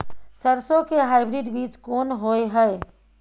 सरसो के हाइब्रिड बीज कोन होय है?